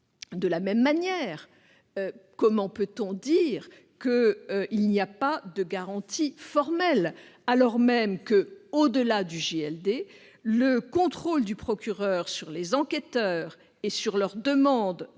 De la même manière, comment peut-on affirmer qu'il n'existe pas de garantie formelle, alors même que, au-delà du JLD, le contrôle du procureur sur les enquêteurs et sur leurs demandes de placement de